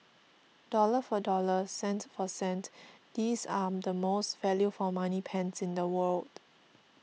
dollar for dollar cent for cent these are the most value for money pens in the world